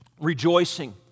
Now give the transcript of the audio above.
Rejoicing